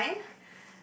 for mine